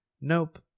Nope